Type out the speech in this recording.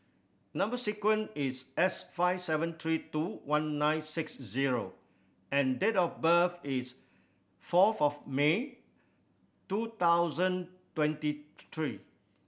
number sequence is S five seven three two one nine six zero and date of birth is fourth of May two thousand twenty three